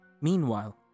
Meanwhile